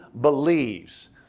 believes